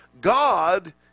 God